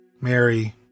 Mary